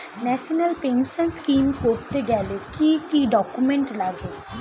National pension scheme করতে গেলে কি কি ডকুমেন্ট লাগে?